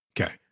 Okay